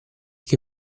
che